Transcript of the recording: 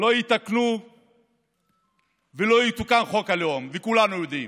לא יתקנו ולא יתוקן חוק הלאום, וכולנו יודעים.